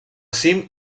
cim